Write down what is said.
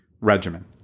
regimen